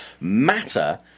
matter